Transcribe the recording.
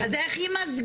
אז איך ימזגו?